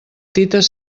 tites